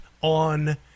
On